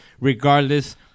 regardless